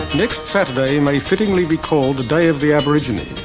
next saturday may fittingly be called the day of the aborigine,